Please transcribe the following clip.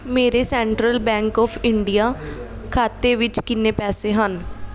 ਮੇਰੇ Central Bank of India ਖਾਤੇ ਵਿੱਚ ਕਿੰਨੇ ਪੈਸੇ ਹਨ